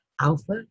Alpha